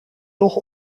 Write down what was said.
toch